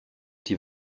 die